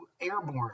Airborne